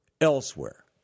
elsewhere